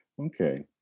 Okay